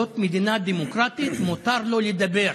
זאת מדינה דמוקרטית, מותר לו לדבר.